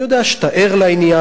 אני יודע שאתה ער לעניין,